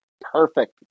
Perfect